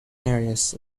areas